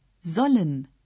Sollen